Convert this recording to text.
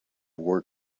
wore